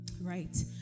right